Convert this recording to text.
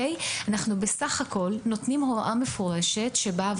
אנחנו בסך הכול נותנים הוראה מפורשת שבאה